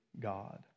God